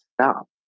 stop